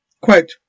Quote